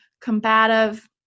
combative